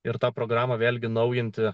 ir tą programą vėlgi naujinti